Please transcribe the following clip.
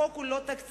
החוק הוא לא תקציבי,